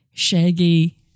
Shaggy